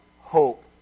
hope